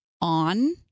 on